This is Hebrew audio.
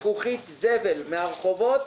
זכוכית זבל מהרחובות.